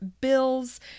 bills